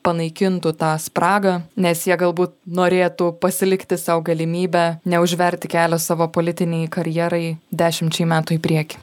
panaikintų tą spragą nes jie galbūt norėtų pasilikti sau galimybę neužverti kelio savo politinei karjerai dešimčiai metų į priekį